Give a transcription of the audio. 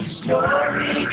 story